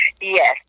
Yes